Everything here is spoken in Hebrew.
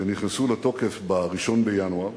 שנכנסו לתוקף ב-1 בינואר,